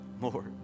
more